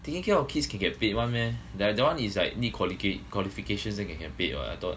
taking care of kids can get paid [one] meh that that one is like need qualifica~ qualifications then you can get paid what I thought